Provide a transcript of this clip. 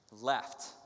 left